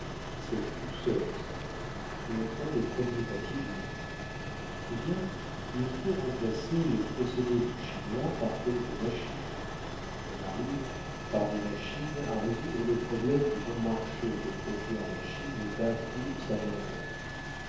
cette douceur de satin qui en font le premier papier du monde eh bien il faut remplacer les procédés du chinois par quelque machine on arrive par des machines à résoudre le problème du bon marché que procure à la chine le bas prix de sa main-d'œuvre